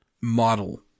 model